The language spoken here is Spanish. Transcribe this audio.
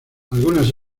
algunas